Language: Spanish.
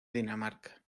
dinamarca